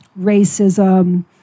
racism